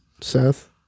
seth